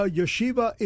yeshiva